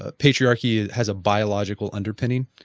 ah patriarchy has a biological underpinning?